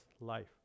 life